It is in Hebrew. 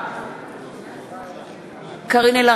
אנחנו עוברים לקריאה שלישית.